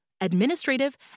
administrative